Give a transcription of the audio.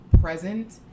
present